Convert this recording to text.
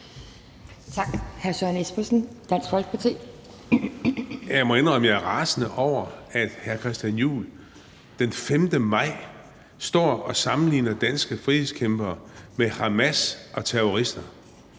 Jeg må indrømme, at jeg er rasende over, at hr. Christian Juhl den 5. maj står og sammenligner danske frihedskæmpere med Hamas og terrorister.